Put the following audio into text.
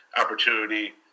opportunity